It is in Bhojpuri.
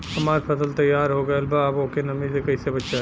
हमार फसल तैयार हो गएल बा अब ओके नमी से कइसे बचाई?